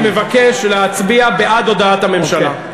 אני מבקש להצביע בעד הודעת הממשלה.